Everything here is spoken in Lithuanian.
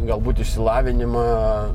galbūt išsilavinimą